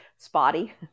spotty